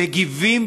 מגיבים,